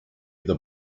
the